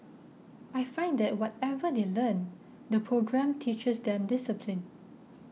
I find that whatever they learn the programme teaches them discipline